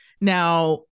Now